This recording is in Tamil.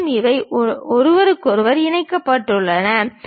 மேலும் இவை ஒருவருக்கொருவர் இணைக்கப்பட்டுள்ளன